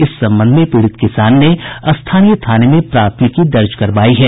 इस संबंध में पीड़ित किसान ने स्थानीय थाने में प्राथमिकी दर्ज करवायी है